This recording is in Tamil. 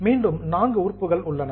மீண்டும் நான்கு உறுப்புகள் உள்ளன